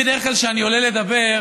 בדרך כלל כשאני עולה לדבר,